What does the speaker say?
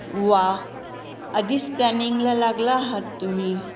वा आधीच प्लॅनिंगला लागला आहात तुम्ही